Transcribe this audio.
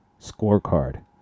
scorecard